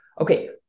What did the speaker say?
okay